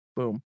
Boom